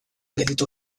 gelditu